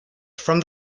from